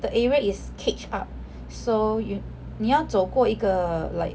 the area is caged up so you 你要走过一个 like